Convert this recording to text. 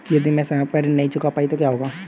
यदि मैं समय पर ऋण नहीं चुका पाई तो क्या होगा?